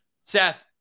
Seth